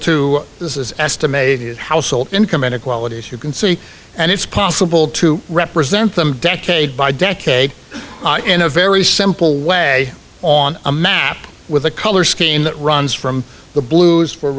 to this is estimated household income inequality as you can see and it's possible to represent them decade by decade in a very simple way on a map with a color scheme that runs from the blues